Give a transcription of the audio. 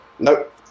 nope